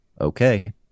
Okay